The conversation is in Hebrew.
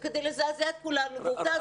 זה כדי לזעזע את כולנו ועובדה,